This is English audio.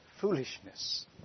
foolishness